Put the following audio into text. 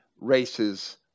races